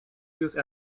use